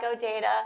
data